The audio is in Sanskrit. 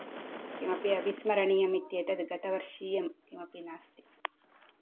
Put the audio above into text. किमपि अविस्मरणीयम् इत्येतत् गतवर्षीयं किमपि नास्ति